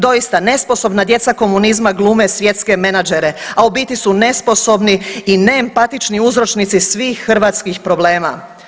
Doista, nesposobna djeca komunizma glume svjetske menadžere a u biti su nesposobni i neempatični uzročnici svih hrvatskih problema.